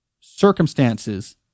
circumstances